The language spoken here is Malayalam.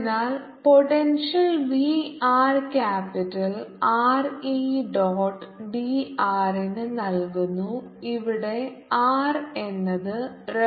അതിനാൽ potential v r r capital R E dot dr ന് നൽകുന്നു ഇവിടെ r എന്നത് റഫറൻസ് പോയിന്റാണ്